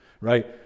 right